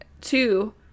Two